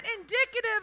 indicative